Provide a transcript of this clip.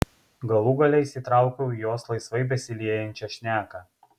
galų gale įsitraukiau į jos laisvai besiliejančią šneką